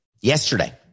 Yesterday